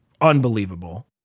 unbelievable